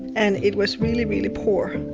and it was really really poor.